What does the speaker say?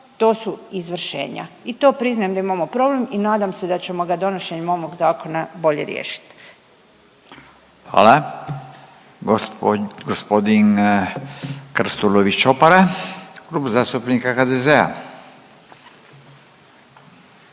to su izvršenja i to priznajem da imamo problem i nadam se da ćemo ga donošenjem ovog zakona bolje riješiti. **Radin, Furio (Nezavisni)** Hvala. Gospodin Krstulović Opara, Klub zastupnika HDZ-a.